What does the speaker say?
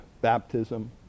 baptism